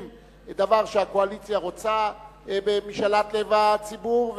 דבר שהקואליציה רוצה במשאלת לב הציבור,